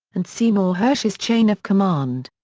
and seymour hersh's chain of command.